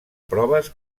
proves